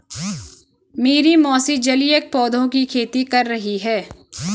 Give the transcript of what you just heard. मेरी मौसी जलीय पौधों की खेती कर रही हैं